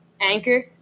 Anchor